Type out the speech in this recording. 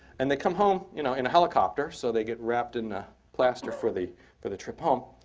and they come home you know in a helicopter. so they get wrapped in ah plaster for the for the trip home.